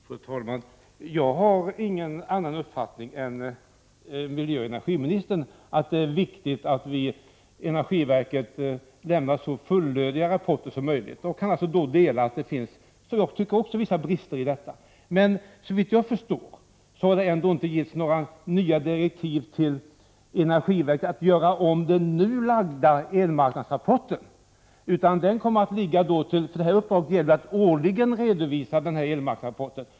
Fru talman! Jag har ingen annan uppfattning än miljöoch energiministern, att det är viktigt att energiverket lämnar så fullödiga rapporter som möjligt. Jag delar statsrådets uppfattning att det finns vissa brister i rapporten. Såvitt jag förstår har regeringen ändå inte gett energiverket några nya direktiv att göra om den nu framlagda elmarknadsrapporten. Uppdraget innebär att verket varje år skall redovisa en elmarknadsrapport.